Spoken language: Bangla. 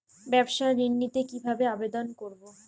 ব্যাবসা ঋণ নিতে কিভাবে আবেদন করব?